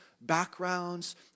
backgrounds